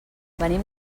venim